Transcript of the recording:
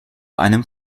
einem